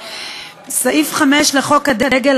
סעיף 5 לחוק הדגל,